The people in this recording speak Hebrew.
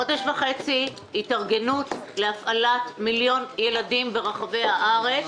חודש וחצי התארגנות להפעלת מיליון ילדים ברחבי הארץ,